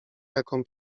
jaką